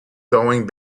going